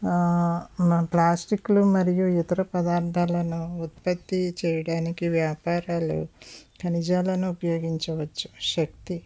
ఆ ప్లాస్టిక్లు మరియు ఇతర పదార్థాలను ఉత్పత్తి చేయడానికి వ్యాపారాలు ఖనిజాలను ఉపయోగించవచ్చు శక్తి